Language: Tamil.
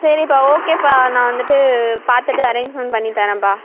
சரிப்பா ஓகேப்பா நான் வந்துட்டு பார்த்துட்டு அரேஞ்மெண்ட் பண்ணி தரேன்ப்பா